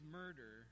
murder